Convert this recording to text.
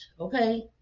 Okay